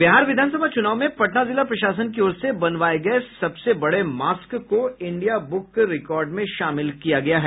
बिहार विधानसभा चूनाव में पटना जिला प्रशासन की ओर से बनवाये गये सबसे बड़े मास्क को इंडिया बुक रिकॉर्ड में शामिल किया गया है